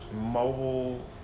mobile